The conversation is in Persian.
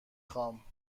خوام